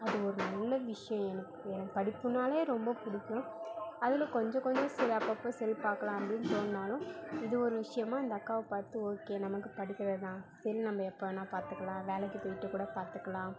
அது ஒரு நல்ல விஷயோம் எனக்கு எனக்கு படிப்புனாலே ரொம்ப பிடிக்கும் அதில் கொஞ்ச கொஞ்ச சரி அப்பப்போ செல் பார்க்கலாம் அப்படின் தோண்னாலும் இது ஒரு விஷயமா அந்த அக்காவை பார்த்து ஓகே நமக்கு படிக்க வேணா செல் நம்ப எப்போ வேணா பார்த்துக்கலாம் வேலைக்கு போயிட்டே கூட பார்த்துக்கலாம்